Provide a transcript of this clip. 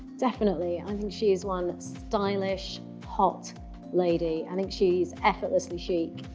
definitely. i think she is one stylish hot lady. i think she's effortlessly chic.